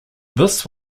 this